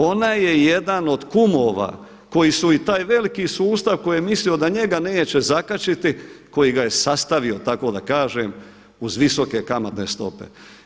Ona je jedan od kumova koji su i taj veliki sustav koji je mislio da njega neće zakačiti, koji ga je sastavio tako da kažem uz visoke kamatne stope.